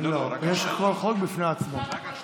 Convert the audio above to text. לא, כל חוק בפני עצמו.